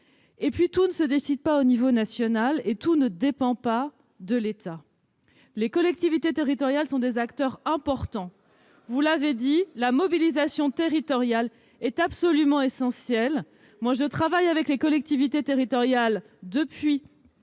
De plus, tout ne se décide pas au niveau national, tout ne dépend pas de l'État. Il peut tout de même ! Les collectivités territoriales sont aussi des acteurs importants. Vous l'avez dit, la mobilisation territoriale est absolument essentielle. Je travaille avec les collectivités territoriales depuis